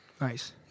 Nice